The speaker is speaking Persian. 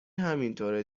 همینطوره